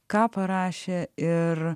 ką parašė ir